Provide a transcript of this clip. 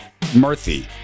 Murthy